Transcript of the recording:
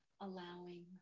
allowing